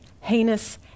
heinous